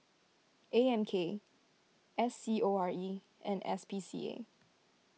A M K S C O R E and S P C A